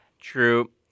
True